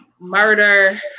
Murder